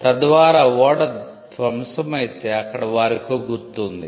తద్వారా ఓడ ధ్వంసమైతే అక్కడ వారికో గుర్తు ఉంది